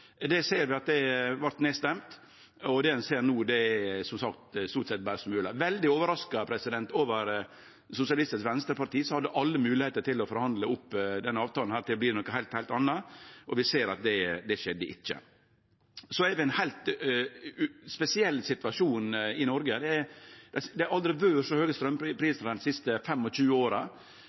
Det ser vi vart stemt ned, og det ein ser no, er som sagt stort sett berre smular. Eg er veldig overraska over Sosialistisk Venstreparti, som hadde alle moglegheiter til å forhandle opp denne avtalen til å bli noko heilt, heilt anna, og vi ser at det ikkje skjedde. Så er vi i ein heilt spesiell situasjon i Noreg. Det har aldri vore så høge straumprisar dei siste 25 åra. Prisane er gått rett til himmels, og når ein ser grunnlaget for det, er